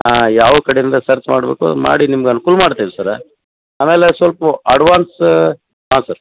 ಯಾವ ಕಡೆಯಿಂದ ಸರ್ಚ್ ಮಾಡ್ಬೇಕೋ ಅದು ಮಾಡಿ ನಿಮ್ಗೆ ಅನ್ಕೂಲ ಮಾಡ್ತೇವೆ ಸರ ಆಮೇಲೆ ಸ್ವಲ್ಪ ಅಡ್ವಾನ್ಸ್ ಹಾಂ ಸರ್